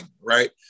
right